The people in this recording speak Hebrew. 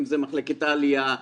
אם זה מחלקת העלייה,